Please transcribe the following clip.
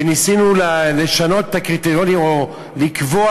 וניסינו לשנות את הקריטריונים או לקבוע